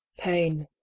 pain